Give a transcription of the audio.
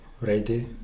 ready